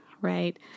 right